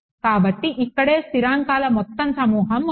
కాబట్టి ఇక్కడే స్థిరాంకాల మొత్తం సమూహం ఉన్నాయి